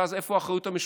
ואז איפה האחריות המשותפת?